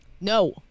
No